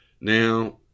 Now